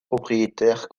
propriétaires